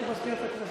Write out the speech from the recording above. כבוד השר לשעבר